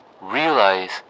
realize